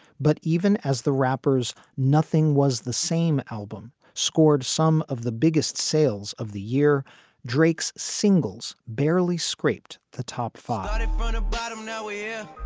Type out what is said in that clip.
but even as the rappers. nothing was the same album scored some of the biggest sales of the year drake's singles barely scraped the top five and and bottom no yeah